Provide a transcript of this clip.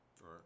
Right